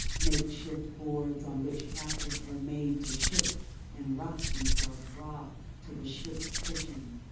makeshift boards on which captives were made to shift and rock themselves raw to the ship's pitching,